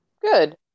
Good